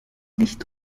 licht